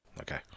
Okay